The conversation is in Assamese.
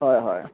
হয় হয়